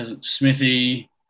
Smithy